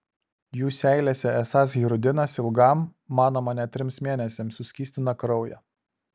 jų seilėse esąs hirudinas ilgam manoma net trims mėnesiams suskystina kraują